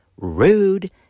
rude